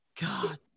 God